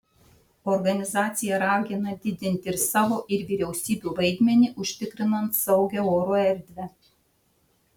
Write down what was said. organizacija ragina didinti ir savo ir vyriausybių vaidmenį užtikrinant saugią oro erdvę